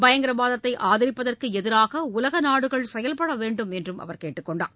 பயங்கரவாதத்தை ஆதரிப்பதற்கு எதிராக உலக நாடுகள் செயல்பட வேண்டும் என்று அவர் கேட்டுக்கொண்டார்